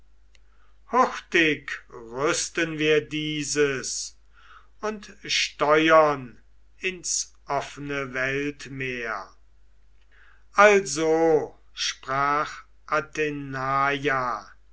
hurtig rüsten wir dieses und steuern ins offene weltmeer also sprach